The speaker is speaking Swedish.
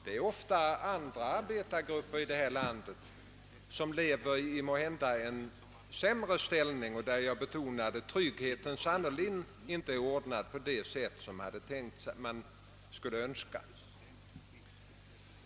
Ofta är det andra arbetargrupper i detta land, som lever i en måhända sämre ställning och för vilken — jag betonar det — tryggheten sannerligen inte är ordnad på det sätt som man skulle önska.